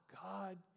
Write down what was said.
God